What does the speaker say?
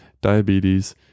diabetes